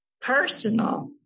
personal